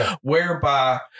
whereby